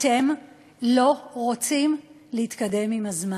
אתם לא רוצים להתקדם עם הזמן.